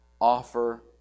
offer